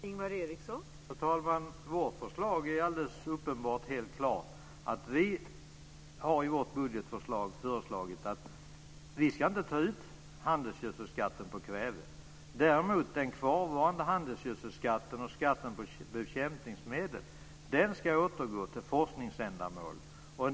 Fru talman! Vårt förslag är helt klart. Vi har i vår budget föreslagit att vi inte ska ta ut handelsgödselskatten på kväve, däremot ska den kvarvarande handelsgödselskatten och skatten på bekämpningsmedel återgå till forskningsändamål.